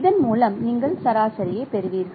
இதன் மூலம் நீங்கள் சராசரியைப் பெறுவீர்கள்